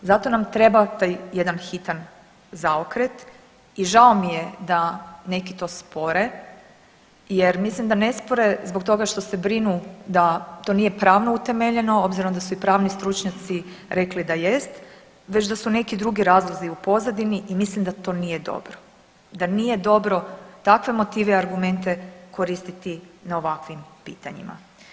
Zato nam treba taj jedan hitan zaokret i žao mi je da neki to spore, jer mislim da ne spore zbog toga što se brinu da to nije pravno utemeljeno obzirom da su i pravni stručnjaci rekli da jest već da su neki drugi razlozi u pozadini i mislim da to nije dobro, da nije dobro takve motive i argumente koristiti na ovakvim pitanjima.